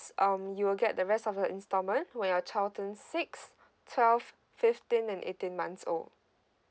um you will get the rest of your instalment when your child turns six twelve fifteen and eighteen months old